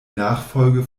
nachfolge